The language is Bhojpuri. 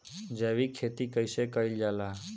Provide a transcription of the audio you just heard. जैविक खेती कईसे कईल जाला?